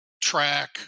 track